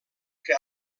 que